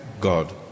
God